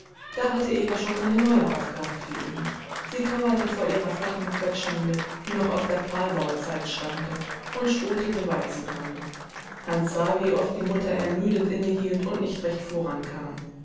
da hatte eva schon eine neue aufgabe für ihn sie kauerte vor ihrer flachen quetschmühle die noch aus der pfahlbauzeit stammte und schrotete weizenkörner hans sah wie oft die mutter ermüdet innehielt und nicht recht vorankam